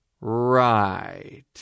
right